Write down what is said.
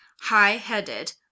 high-headed